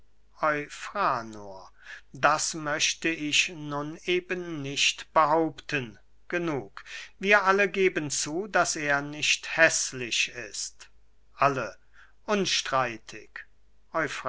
das möchte ich nun eben nicht behaupten genug wir alle geben zu daß er nicht häßlich ist alle unstreitig